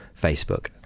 Facebook